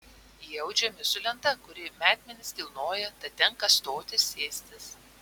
jie audžiami su lenta kuri metmenis kilnoja tad tenka stotis sėstis